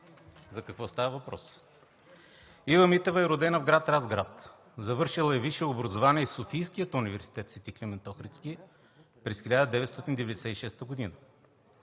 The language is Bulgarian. за какво става въпрос. Ива Митева е родена в град Разград. Завършила е висше образование в Софийския университет „Свети Климент Охридски“ през 1996 г.